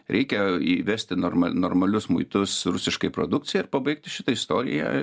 reikia įvesti norma normalius muitus rusiškai produkcijai ir pabaigti šitą istoriją